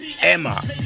Emma